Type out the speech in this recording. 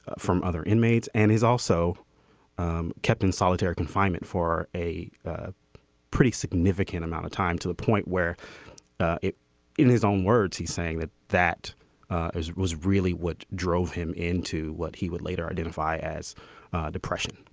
from other inmates. and he's also um kept in solitary confinement for a pretty significant amount of time to the point where it in his own words he's saying that that was really what drove him into what he would later identify as depression.